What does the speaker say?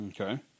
Okay